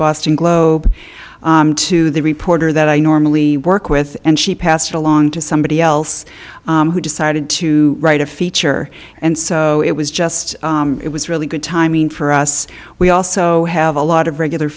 boston globe to the reporter that i normally work with and she passed it along to somebody else who decided to write a feature and so it was just it was really good timing for us we also have a lot of regular